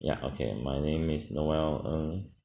ya okay my name is noel ng